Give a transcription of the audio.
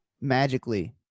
magically